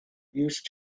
used